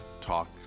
talk